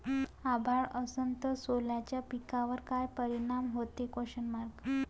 अभाळ असन तं सोल्याच्या पिकावर काय परिनाम व्हते?